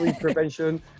Prevention